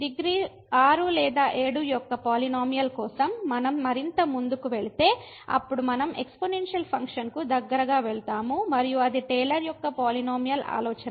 degree 6 లేదా 7 యొక్క polynomial కోసం మనం మరింత ముందుకు వెళితే అప్పుడు మనం ఎక్స్పోనెన్షియల్ ఫంక్షన్కు దగ్గరగా వెళ్తాము మరియు అది టేలర్ యొక్క పాలినోమియల్ ఆలోచన